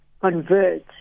convert